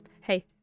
Hey